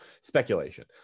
Speculation